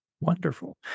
Wonderful